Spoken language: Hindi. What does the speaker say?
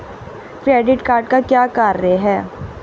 क्रेडिट कार्ड का क्या कार्य है?